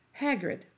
Hagrid